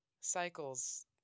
cycles